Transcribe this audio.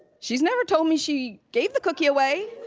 she's never told me she gave the cookie away!